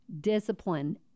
discipline